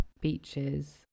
beaches